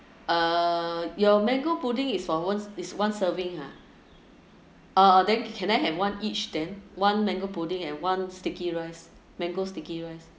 err your mango pudding is for one is one serving ah uh uh then can I have one each then one mango pudding and one sticky rice mango sticky rice